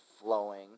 flowing